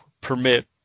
permit